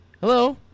Hello